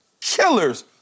killers